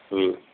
হুম